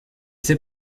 ces